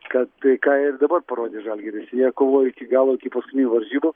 kad tai ką ir dabar parodė žalgiris jie kovojo iki galo iki paskutinių varžybų